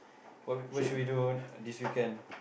what should we do this weekend